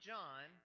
John